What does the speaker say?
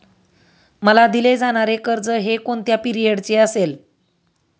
मला दिले जाणारे कर्ज हे कोणत्या पिरियडचे असेल?